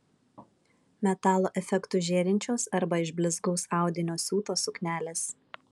metalo efektu žėrinčios arba iš blizgaus audinio siūtos suknelės